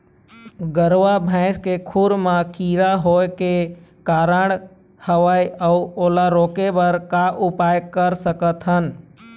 गरवा भैंसा के खुर मा कीरा हर होय का कारण हवए अऊ ओला रोके बर का उपाय कर सकथन?